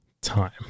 time